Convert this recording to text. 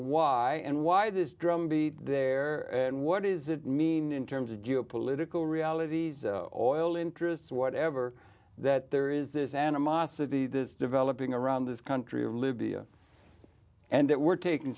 why and why this drumbeat there and what does it mean in terms of geopolitical realities or oil interests whatever that there is this animosity this developing around this country of libya and that we're taking